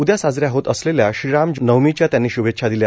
उद्या साजऱ्या होत असलेल्या श्रीराम नवमीच्या त्यांनी श्भेच्छा दिल्या